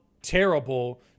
Terrible